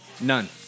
None